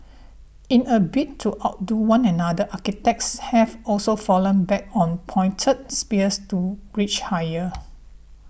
in a bid to outdo one another architects have also fallen back on pointed spires to reach higher